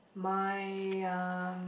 my um